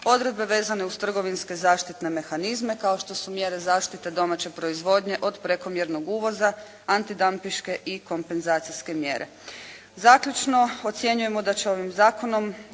odredbe vezane uz trgovinske zaštitne mehanizme kao što su mjere zaštite domaće proizvodnje od prekomjernog uvoza, antidampinške i kompenzacijske mjere. Zaključno. Ocjenjujemo da će ovim zakonom